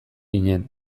ginen